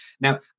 Now